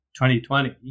2020